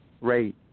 rate